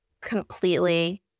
completely